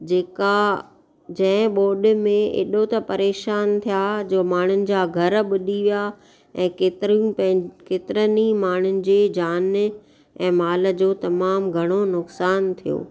जेका जंहिं बोड में एॾो त परेशान थिया जो माण्हुनि जा घर ॿुॾी विया ऐं केतिरियूं पंहिं केतिरनि ई माण्हुनि जे जान ऐं माल जो तमामु घणो नुक़सानु थियो